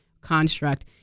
construct